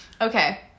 Okay